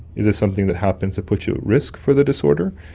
is this something that happens that puts you at risk for the disorder,